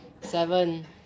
Seven